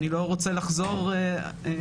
אני לא רוצה לחזור עליהן,